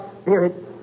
spirit